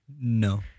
No